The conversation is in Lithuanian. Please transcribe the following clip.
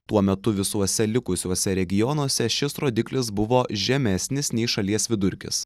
tuo metu visuose likusiuose regionuose šis rodiklis buvo žemesnis nei šalies vidurkis